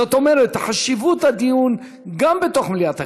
זאת אומרת, חשיבות הדיון גם בתוך מליאת הכנסת,